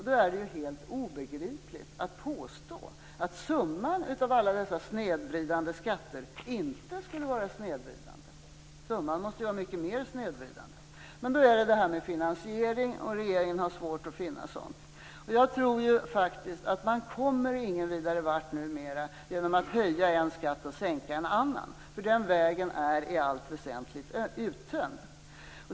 Då är det helt obegripligt att påstå att summan av alla dessa snedvridande skatter inte skulle vara snedvridande. Summan måste ju vara mycket mer snedvridande. Men regeringen har svårt att finna en finansiering. Jag tror faktiskt inte att man numera kommer någon vart genom att höja en skatt och sänka en annan. Den vägen är i allt väsentligt uttömd.